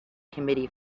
committee